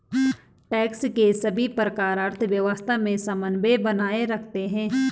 tax के सभी प्रकार अर्थव्यवस्था में समन्वय बनाए रखते हैं